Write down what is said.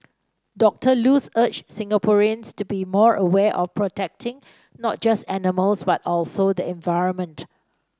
Doctor Luz urged Singaporeans to be more aware of protecting not just animals but also the environment